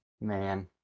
man